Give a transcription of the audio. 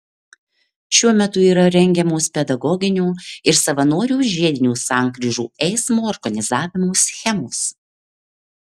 šiuo metu yra rengiamos pedagoginio ir savanorių žiedinių sankryžų eismo organizavimo schemos